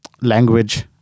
language